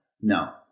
No